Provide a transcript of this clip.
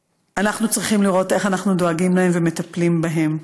ואנחנו צריכים לראות איך אנחנו דואגים להם ואיך אנחנו מטפלים בהם.